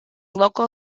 local